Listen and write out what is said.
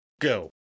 Go